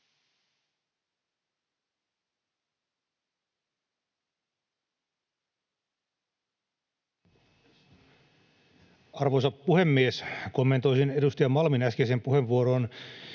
Arvoisa puhemies! Kommentoisin edustaja Malmin äskeiseen puheenvuoroon